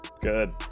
Good